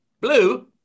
Blue